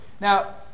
Now